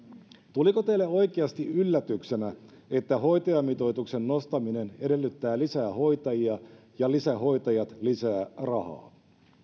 tuliko teille oikeasti yllätyksenä että hoitajamitoituksen nostaminen edellyttää lisää hoitajia ja lisähoitajat lisää rahaa